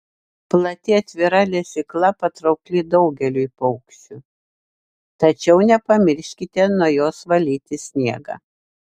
plati atvira lesykla patraukli daugeliui paukščių tačiau nepamirškite nuo jos valyti sniegą